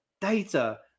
data